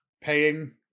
paying